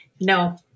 No